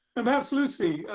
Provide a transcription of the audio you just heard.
and perhaps, lucy,